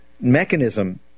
mechanism